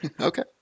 Okay